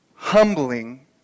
humbling